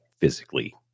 physically